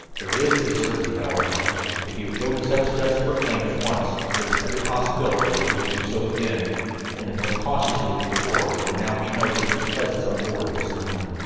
there is this certainty, however if he would go to such desperate lengths once, there is every possibility that he will do so again only more cautiously than before, for now he knows that his presence on board is known.